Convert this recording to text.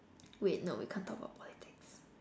wait no we can't talk about politics